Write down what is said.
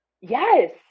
yes